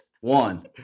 one